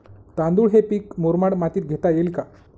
तांदूळ हे पीक मुरमाड मातीत घेता येईल का?